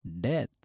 death